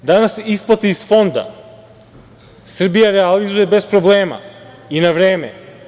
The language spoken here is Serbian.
Danas isplata iz fonda Srbija realizuje bez problema i na vreme.